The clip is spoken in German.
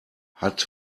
hat